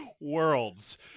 worlds